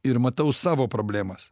ir matau savo problemas